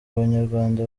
abanyarwanda